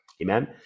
Amen